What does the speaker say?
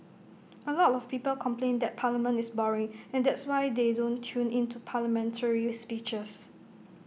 A lot of people complain that parliament is boring and that's why they don't tune in to hear parliamentary speeches